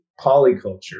polyculture